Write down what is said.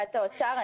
נציגת האוצר,